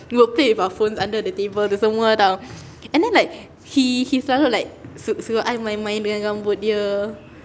we would play with our phones under the table tu semua [tau] and then like he he started like su~ suruh I main-main dengan rambut dia